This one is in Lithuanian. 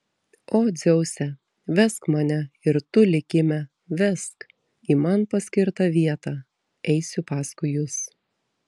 o dzeuse vesk mane ir tu likime vesk į man paskirtą vietą eisiu paskui jus